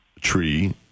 tree